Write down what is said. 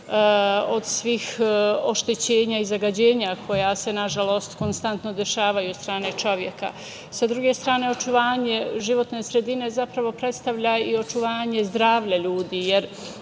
od svih oštećenja i zagađenja koja se nažalost konstantno dešavaju od strane čoveka. Sa druge strane, očuvanje životne sredine zapravo predstavlja i očuvanje zdravlja ljudi,